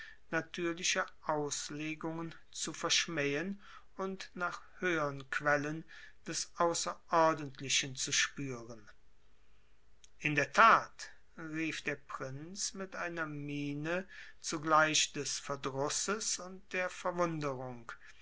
natürliche auslegungen zu verschmähen und nach höhern quellen des außerordentlichen zu spüren in der tat rief der prinz mit einer miene zugleich des verdrusses und der verwunderung